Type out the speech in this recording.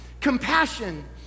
Compassion